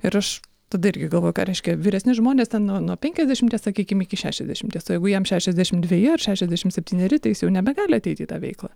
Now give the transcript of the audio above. ir aš tada irgi galvoju ką reiškia vyresni žmonės ten nuo penkiasdešimties sakykim iki šešiasdešimties o jeigu jam šešiasdešimt dveji ar šešiasdešimt septyneri tai jis jau nebegali ateiti į tą veiklą